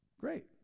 Great